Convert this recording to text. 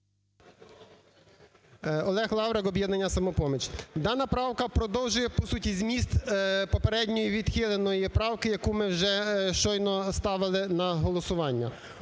Олег Лаврик, "Об'єднання "Самопоміч". Дана правка продовжує по суті зміст попередньої відхиленої правки, яку ми вже щойно ставили на голосування.